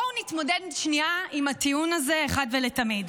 בואו נתמודד שנייה עם הטיעון הזה אחת ולתמיד.